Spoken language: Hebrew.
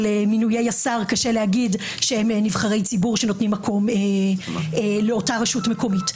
מינויי השר קשה להגיד שהם נבחרי ציבור שנותנים מקום לאותה רשות מקומית.